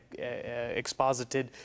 exposited